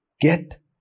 get